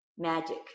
Magic